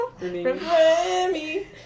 Remy